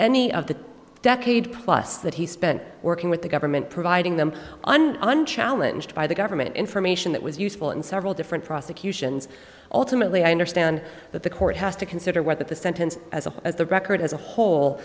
any of the decade plus that he spent working with the government providing them unchallenged by the government information that was useful in several different prosecutions ultimately i understand that the court has to consider whether the sentence as a whole as the record as a whole